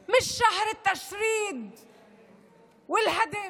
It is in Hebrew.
החמלה, לא חודש הרדיפה וההריסה.)